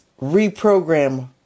reprogram